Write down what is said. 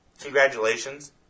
congratulations